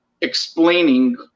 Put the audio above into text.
explaining